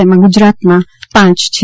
તેમાં ગુજરાતમાં પાંચ છે